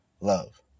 love